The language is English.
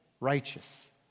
righteous